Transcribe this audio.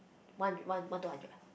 one one one two hundred ah